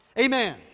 Amen